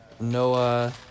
Noah